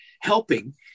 helping